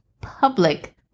public